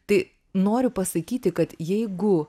tai noriu pasakyti kad jeigu